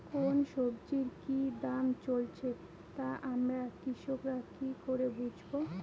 কোন সব্জির কি দাম চলছে তা আমরা কৃষক রা কি করে বুঝবো?